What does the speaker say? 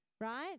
Right